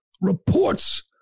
reports